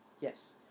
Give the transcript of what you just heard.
Yes